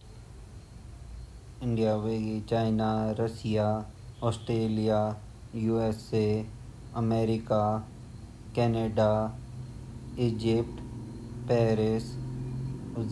आ भारत, चीन, Bangladesh, Pakistan, America, Switzerland, England, USA,